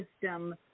system